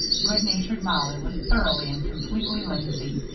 good-natured mollie was thoroughly and completely lazy.